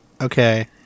okay